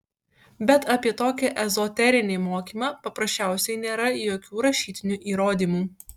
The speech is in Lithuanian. bet apie tokį ezoterinį mokymą paprasčiausiai nėra jokių rašytinių įrodymų